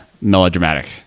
melodramatic